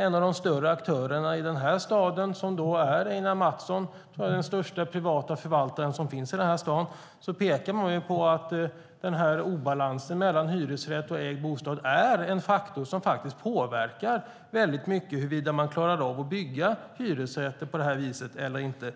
En av de större aktörerna, Einar Mattsson, som är den största privata förvaltaren i den här staden, pekar på att obalansen mellan hyresrätt och ägd bostad är en faktor som faktiskt påverkar väldigt mycket huruvida man klarar av att bygga hyresrätter eller inte.